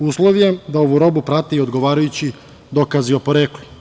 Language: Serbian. Uslov da ovu robu prate odgovarajući dokazi o poreklu.